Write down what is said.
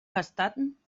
gastant